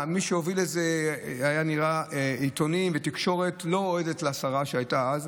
מי שהוביל את זה כנראה היו עיתונים ותקשורת לא אוהדת לשרה שהייתה אז,